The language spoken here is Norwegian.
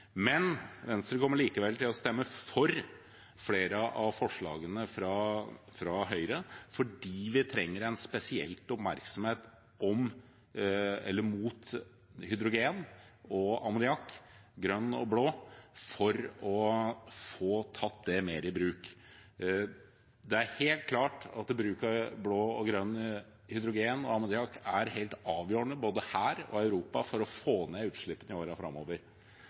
Men Venstre kommer til å stemme for flere av forslagene fra Høyre, fordi vi trenger en spesiell oppmerksomhet mot hydrogen og ammoniakk, grønn og blå, for å få tatt det mer i bruk. Det er helt klart at bruk av blå og grønn hydrogen og ammoniakk er helt avgjørende både her og i Europa for å få ned utslippene i årene framover.